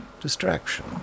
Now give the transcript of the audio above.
Distraction